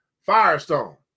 Firestone